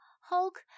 Hulk